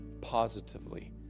positively